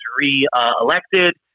re-elected